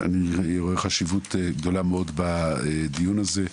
רואה חשיבות גדולה מאוד בדיון הזה,